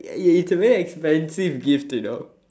it's a very expensive gift you know